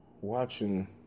watching